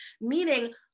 meaning